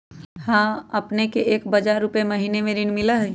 हां अपने के एक हजार रु महीने में ऋण मिलहई?